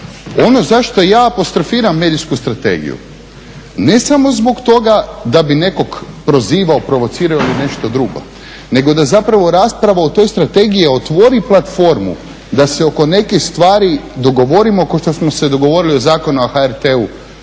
Ono za što ja apostrofiram medijsku strategiju ne samo zbog toga da bi nekog prozivao, provocirao ili nešto drugo, nego da zapravo rasprava o toj strategiji otvori platformu da se oko nekih stvari dogovorimo kao što smo se dogovorili o Zakonu o HRT-u